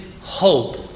hope